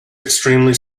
extremely